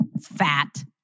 fat